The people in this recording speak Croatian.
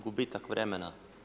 Gubitak vremena.